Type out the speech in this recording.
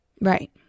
Right